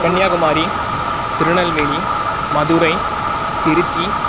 Kanyakumari Tirunelveli Madurai Tiruchi